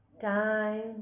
time